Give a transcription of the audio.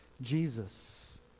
Jesus